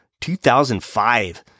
2005